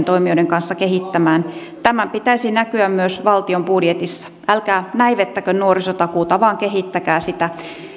toimijoiden kanssa kehittämään tämän pitäisi näkyä myös valtion budjetissa älkää näivettäkö nuorisotakuuta vaan kehittäkää sitä